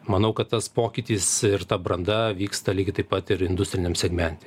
manau kad tas pokytis ir ta branda vyksta lygiai taip pat ir industriniam segmente